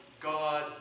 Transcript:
God